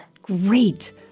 Great